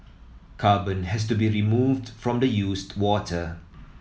carbon has to be removed from the used water